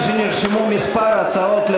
התשע"ד 2013,